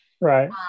Right